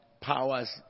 powers